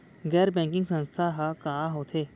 गैर बैंकिंग संस्था ह का होथे?